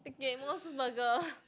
okay Mos-Burger